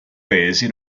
paesi